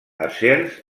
acers